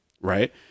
Right